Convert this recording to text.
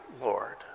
Lord